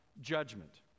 judgment